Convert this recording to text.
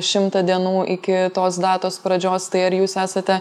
šimtą dienų iki tos datos pradžios tai ar jūs esate